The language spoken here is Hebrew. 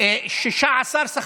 סעיפים 1 3 נתקבלו.